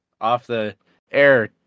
off-the-air